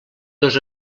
dos